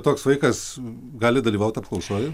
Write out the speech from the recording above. toks vaikas gali dalyvaut apklausoj